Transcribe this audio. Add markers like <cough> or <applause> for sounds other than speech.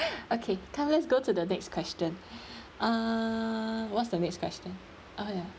<breath> okay come let's go to the next question <breath> uh what's the next question oh ya